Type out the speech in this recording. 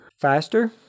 faster